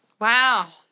Wow